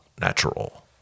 natural